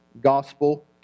gospel